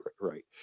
right